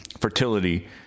fertility